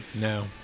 no